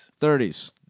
30s